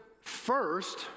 first